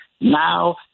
Now